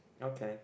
okay